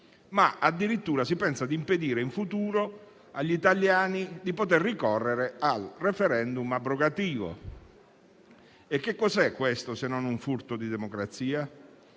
ma addirittura si pensa di impedire in futuro agli italiani di poter ricorrere al *referendum* abrogativo. Cos'è questo, se non un furto di democrazia?